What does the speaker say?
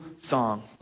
song